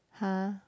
[huh]